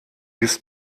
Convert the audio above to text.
ist